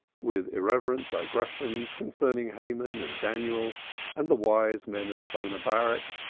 with irrelevant digressions concerning haman and daniel and the wise men of bona berak,